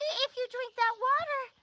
if you drink that water,